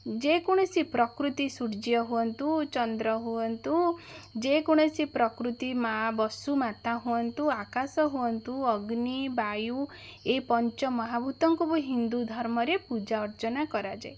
ଯେକୌଣସି ପ୍ରକୃତି ସୂର୍ଯ୍ୟ ହୁଅନ୍ତୁ ଚନ୍ଦ୍ର ହୁଅନ୍ତୁ ଯେକୌଣସି ପ୍ରକୃତି ମାଁ ବସୁମାତା ହୁଅନ୍ତୁ ଆକାଶ ହୁଅନ୍ତୁ ଅଗ୍ନି ବାୟୁ ଏ ପଞ୍ଚ ମହାଭୁତଙ୍କୁ ବି ହିନ୍ଦୁ ଧର୍ମରେ ପୂଜାଅର୍ଚନା କରାଯାଏ